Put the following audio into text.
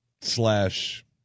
slash